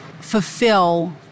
fulfill